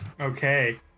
Okay